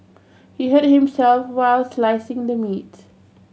he hurt himself while slicing the meat